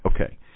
Okay